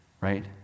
right